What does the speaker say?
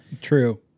True